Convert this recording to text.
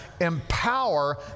empower